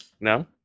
No